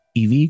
EV